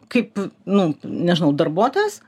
kaip nu nežinau darbuotojas